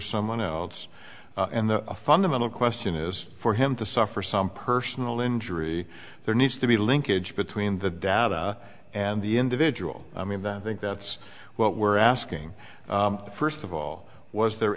someone else and the fundamental question is for him to suffer some personal injury there needs to be a linkage between the data and the individual i mean that i think that's what we're asking first of all was there